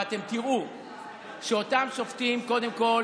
ואתם תראו שאותם שופטים קודם כול